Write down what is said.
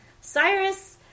Cyrus